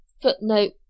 footnote